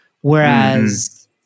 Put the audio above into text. Whereas